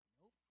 Nope